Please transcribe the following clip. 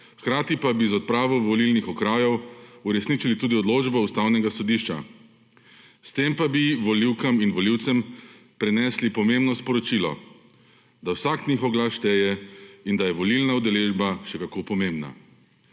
hkrati pa bi z odpravo volilnih okrajev uresničili tudi odločbo Ustavnega sodišča. S tem pa bi volivkam in volivcem prenesli pomembno sporočilo, da vsak njihov glas šteje in da je volilna udeležba še kako pomembna.